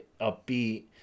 upbeat